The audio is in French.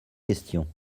question